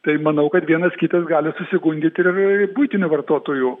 tai manau kad vienas kitas gali susigundyt ir buitinių vartotojų